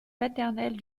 paternelle